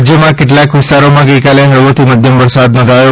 રાજયમાં કેટલાક વિસ્તારોમાં ગઈકાલે હળવોથી મધ્યમ વરસાદ નોંધાયો